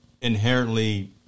inherently